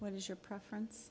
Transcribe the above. what is your preference